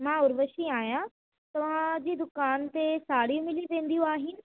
मां उर्वशी आहियां तव्हांजी दुकानु ते साड़ियूं मिली वेदियूं आहिनि